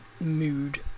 mood